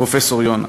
פרופסור יונה.